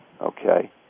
Okay